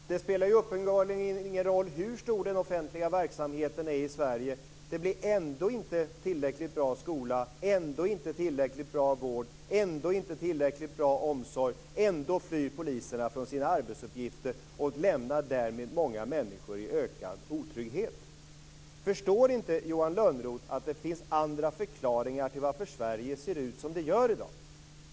Fru talman! Det spelar uppenbarligen ingen roll hur stor den offentliga verksamheten är i Sverige. Det blir ändå inte tillräckligt bra skola, ändå inte tillräckligt bra vård, ändå inte tillräckligt bra omsorg, ändå flyr poliserna från sina arbetsuppgifter och lämnar därmed många människor i ökad otrygghet. Förstår inte Johan Lönnroth att det finns andra förklaringar till varför Sverige ser ut som det gör i dag?